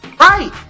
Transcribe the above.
right